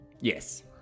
Yes